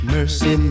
Mercy